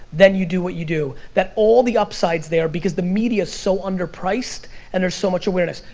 then you do what you do. that all the upsides there because the media's so underpriced and there's so much awareness.